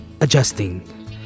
adjusting